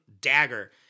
dagger